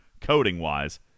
coding-wise